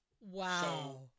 wow